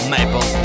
Maple